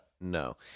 No